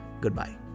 goodbye